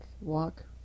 walk